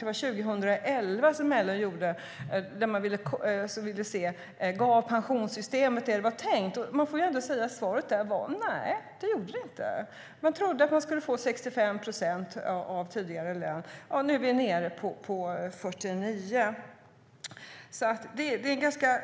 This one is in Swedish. Det var 2011 som LO ville se om pensionssystemet gav det som var tänkt. Man får nog säga att svaret är nej, det gjorde det inte. Man trodde att man skulle få 65 procent av tidigare lön. Nu är vi nere på 49 procent. Det är alltså ganska